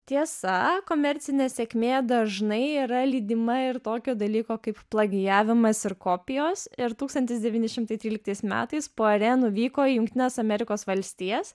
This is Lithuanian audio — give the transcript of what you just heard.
tiesa komercinė sėkmė dažnai yra lydima ir tokio dalyko kaip plagijavimas ir kopijos ir tūkstantis devyni šimtai tryliktais metais poerė nuvyko į jungtines amerikos valstijas